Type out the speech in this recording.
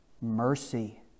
mercy